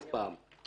אני חושב,